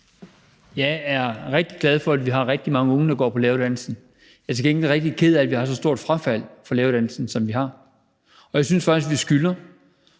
Jeg er rigtig glad for, at vi har rigtig mange unge, der går på læreruddannelsen. Jeg er til gengæld rigtig ked af, at vi har så stort et frafald på læreruddannelsen, som vi har, og jeg synes faktisk, vi skylder